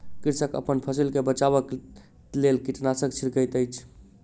कृषक अपन फसिल के बचाबक लेल कीटनाशक छिड़कैत अछि